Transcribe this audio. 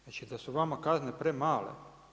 Znači da su vama kazne premale?